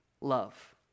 love